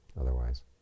Otherwise